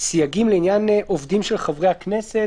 סייגים לעניין עובדים של חברי הכנסת,